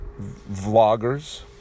vloggers